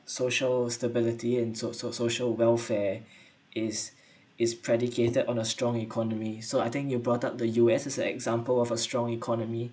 social stability and so~ so~ social welfare is is predicated on a strong economy so I think you brought up the U_S as an example of a strong economy